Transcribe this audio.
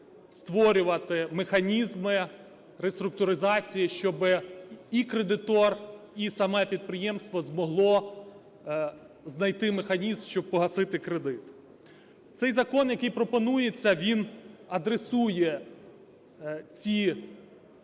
створювати механізми реструктуризації, щоби і кредитор, і саме підприємство змогло знайти механізм, щоб погасити кредит. Цей закон, який пропонується, він адресує ці